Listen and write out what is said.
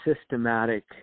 systematic